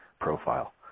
profile